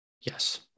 Yes